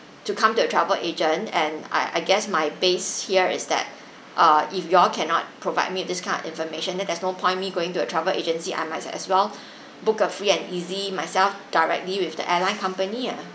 to come to a travel agent and I I guess my base here is that uh if you all cannot provide me with this kind of information than that there's no point me going to a travel agency I might as well book a free and easy myself directly with the airline company ah